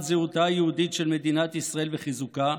זהותה היהודית של מדינת ישראל וחיזוקה,